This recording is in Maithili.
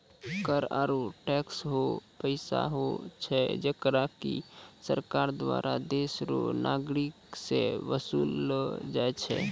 कर आरू टैक्स हौ पैसा हुवै छै जेकरा की सरकार दुआरा देस रो नागरिक सं बसूल लो जाय छै